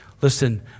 Listen